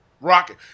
Rocking